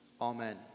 Amen